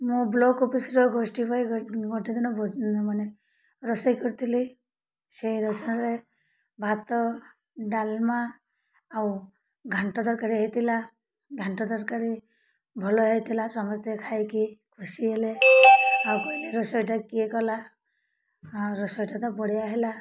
ମୁଁ block officer ଗୋଷ୍ଠୀ ପାଇଁ ଗୋଟେ ଦିନ ମାନେ ରୋଷେଇ କରିଥିଲି ସେଇ ରୋଷେଇରେ ଭାତ ଡାଲମା ଆଉ ଘାଣ୍ଟ ତରକାରୀ ହେଇଥିଲା ଘାଣ୍ଟ ତରକାରୀ ଭଲ ହେଇଥିଲା ସମସ୍ତେ ଖାଇକି ଖୁସି ହେଲେ ଆଉ କହିଲେ ରୋଷେଇଟା କିଏ କଲା ରୋଷେଇଟା ତ ବଢ଼ିଆ ହେଲା